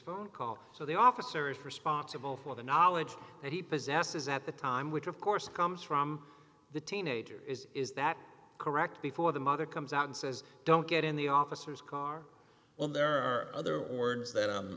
phone call so the officer is responsible for the knowledge that he possesses at the time which of course comes from the teenager is is that correct before the mother comes out and says don't get in the officers car well there are other orders that